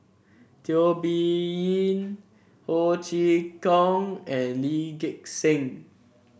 Teo Bee Yen Ho Chee Kong and Lee Gek Seng